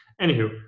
Anywho